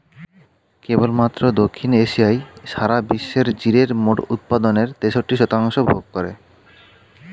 কেবলমাত্র দক্ষিণ এশিয়াই সারা বিশ্বের জিরের মোট উৎপাদনের তেষট্টি শতাংশ ভোগ করে